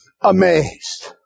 amazed